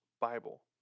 Bible